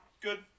Good